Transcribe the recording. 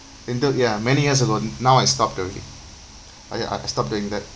in the ya many year alone now I stopped already I I I stop doing that